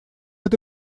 это